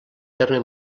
terme